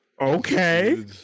okay